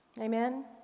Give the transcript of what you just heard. Amen